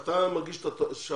פרופ' קנדל,